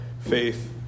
faith